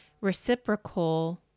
reciprocal